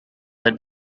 had